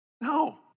No